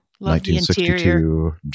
1962